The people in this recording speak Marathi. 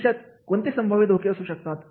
भविष्यात कोणते संभाव्य धोके घेऊ शकतात